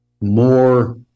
more